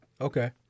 okay